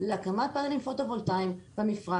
להקמת פאנלים פוטו-וולטאים במפרט.